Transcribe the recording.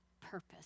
purpose